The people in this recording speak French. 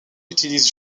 utilise